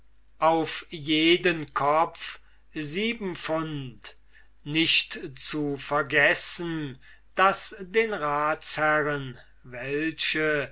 auf jeden kopf sieben pfund nicht zu vergessen daß den ratsherren welche